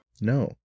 No